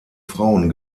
frauen